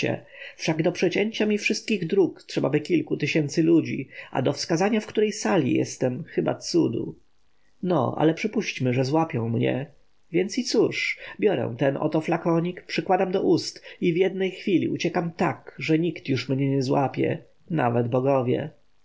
wszak do przecięcia mi wszystkich dróg trzebaby kilku tysięcy ludzi a do wskazania w której sali jestem chyba cudu no ale przypuśćmy że złapią mnie więc i cóż biorę ten oto flakonik przykładam do ust i w jednej chwili uciekam tak że mnie już nikt nie złapie nawet bogowie